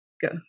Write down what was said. go